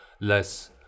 less